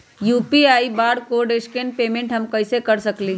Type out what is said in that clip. UPI barcode scan payment हम कईसे कर सकली ह?